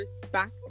respect